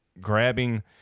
grabbing